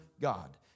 God